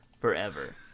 forever